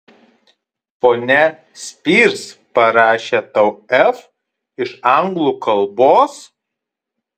ponia spears parašė tau f iš anglų kalbos